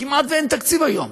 כמעט אין תקציב היום.